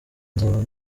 nzaba